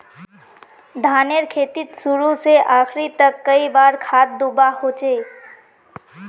धानेर खेतीत शुरू से आखरी तक कई बार खाद दुबा होचए?